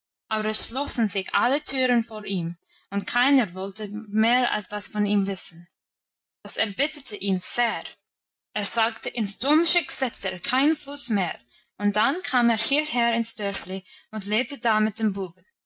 schlossen sich alle türen vor ihm und keiner wollte mehr etwas von ihm wissen das erbitterte ihn sehr er sagte ins domleschg setze er keinen fuß mehr und dann kam er hierher ins dörfli und lebte da mit dem buben